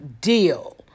deal